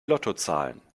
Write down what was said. lottozahlen